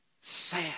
Sad